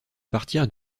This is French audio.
partir